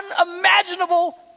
unimaginable